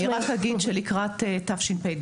אני רק אגיד שלקראת תשפ"ד,